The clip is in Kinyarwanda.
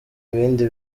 ibindi